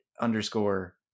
underscore